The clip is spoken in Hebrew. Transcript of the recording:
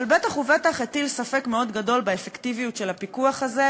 אבל בטח ובטח הוא הטיל ספק מאוד גדול באפקטיביות של הפיקוח הזה,